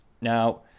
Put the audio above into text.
Now